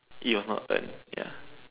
it was not earned ya